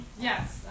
Yes